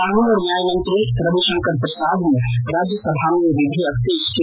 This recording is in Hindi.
कानून और न्याय मंत्री रविशंकर प्रसाद ने राज्यसभा में यह विधेयक पेश किया